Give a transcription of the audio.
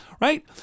right